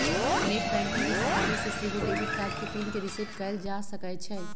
net banking के सहारे से सेहो डेबिट कार्ड के पिन के रिसेट कएल जा सकै छइ